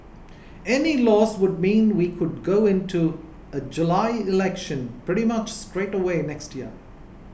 any loss would mean we could go into a July election pretty much straight away next year